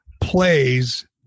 plays